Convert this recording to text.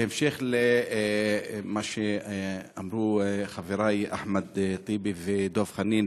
בהמשך למה שאמרו חברי אחמד טיבי ודב חנין,